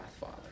Father